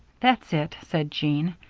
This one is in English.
that's it, said jean.